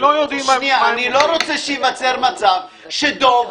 שלא יודעים --- אני לא רוצה שייווצר מצב שדב,